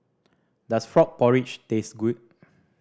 does frog porridge taste good